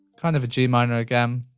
kind of a g minor again.